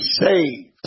saved